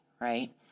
right